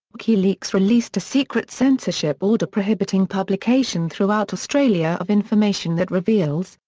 wikileaks released a secret censorship order prohibiting publication throughout australia of information that reveals,